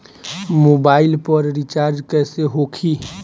Mobile पर recharge कैसे होखी?